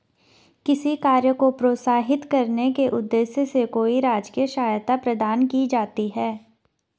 किसी कार्य को प्रोत्साहित करने के उद्देश्य से कोई राजकीय सहायता प्रदान की जाती है